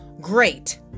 great